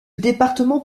département